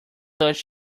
touch